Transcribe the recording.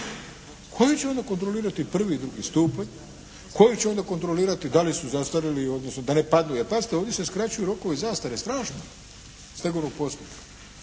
koji će onda kontrolirati prvi i drugi stupanj, koji će onda kontrolirati da li su zastarili odnosno da ne padnu. Jer pazite, ovdje se skraćuju rokovi zastare strašno stegovnog postupka,